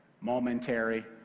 momentary